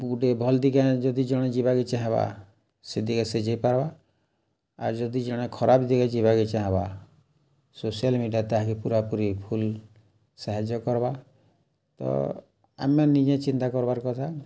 ଗୁଟେ ଭଲ ଦିଗେଁ ଯଦି ଜଣେ ଯିବାକେ ଚାହେଁବା ସେ ଦିଗେ ସେ ଯାଇପାରବା ଆଉ ଯଦି ଜଣେ ଖରାପ ଦିଗ ଯିବାକେ ଚାହେଁବା ସୋସିଆଲ୍ ମିଡ଼ିଆ ତହା କି ପୁରାପୁରୀ ଫୁଲ୍ ସାହାଯ୍ୟ କର୍ବା ତ ଆମେ ନିଜେ ଚିନ୍ତା କର୍ବାର୍ କଥା